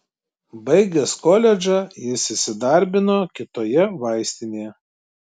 baigęs koledžą jis įsidarbino kitoje vaistinėje